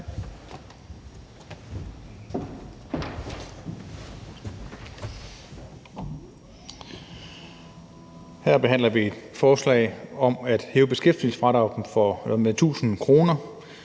Her behandler vi et forslag om at hæve beskæftigelsesfradraget med 1.000 kr.